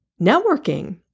networking